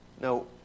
Now